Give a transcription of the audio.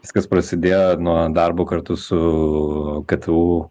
viskas prasidėjo nuo darbo kartu su ktu